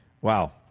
Wow